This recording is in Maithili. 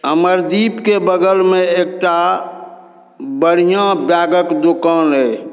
अमरदीपके बगलमे एकटा बढ़िआँ बैगके दोकान अइ